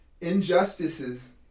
Injustices